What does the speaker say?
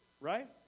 right